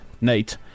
Nate